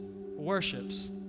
worships